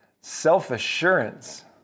self-assurance